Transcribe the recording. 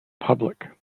public